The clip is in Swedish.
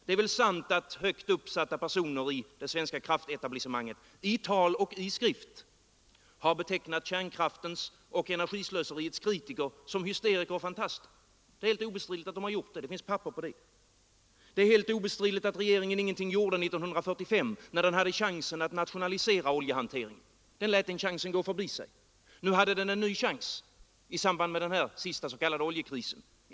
Det är väl sant att högt uppsatta personer i det svenska kärnkraftsetablissemanget i tal och skrift har betecknat kärnkraftens och energislöseriets kritiker som hysteriker och fantaster. Det är helt obestridligt att de gjort detta. Det finns papper på det. Och det är helt obestridligt att regeringen ingenting gjorde 1945, när den hade chansen att nationalisera oljehanteringen. Den lät den chansen gå sig förbi. Nu hade regeringen en ny chans i samband med den senaste s.k. oljekrisen.